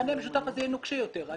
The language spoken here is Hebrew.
המכנה המשותף הזה יהיה נוקשה יותר.